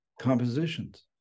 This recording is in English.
compositions